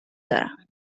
دارم